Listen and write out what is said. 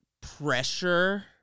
pressure